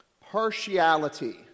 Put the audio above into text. partiality